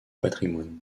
patrimoine